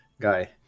Guy